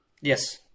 Yes